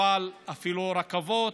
אפילו רכבות,